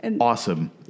awesome